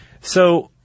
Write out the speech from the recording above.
So-